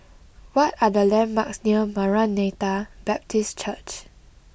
what are the landmarks near Maranatha Baptist Church